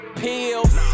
pills